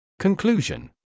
Conclusion